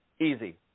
Easy